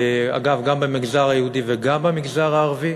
אגב, גם במגזר היהודי וגם במגזר הערבי.